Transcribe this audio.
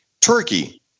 turkey